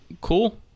cool